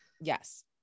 Yes